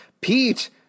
Pete